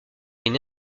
une